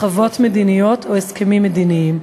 מחוות מדיניות או הסכמים מדיניים.